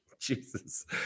Jesus